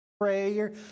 prayer